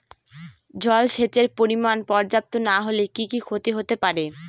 জলসেচের পরিমাণ পর্যাপ্ত না হলে কি কি ক্ষতি হতে পারে?